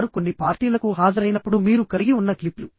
వారు కొన్ని పార్టీలకు హాజరైనప్పుడు మీరు కలిగి ఉన్న క్లిప్లు